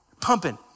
pumping